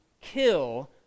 kill